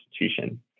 institution